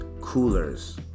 Coolers